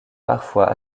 parfois